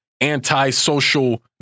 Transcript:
antisocial